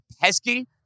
pesky